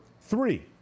three